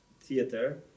theater